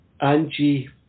Angie